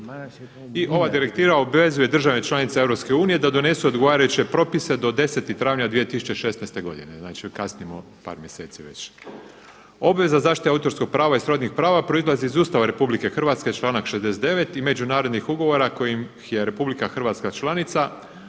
I ova direktiva obvezuje države članice EU da donesu odgovarajuće propise do 10. travnja 2016. godine, znači kasnimo već par mjeseci već. Obveza zaštite autorskog prava i srodnih prava proizlazi iz Ustava RH članak 69. i međunarodnih ugovora kojih je RH članica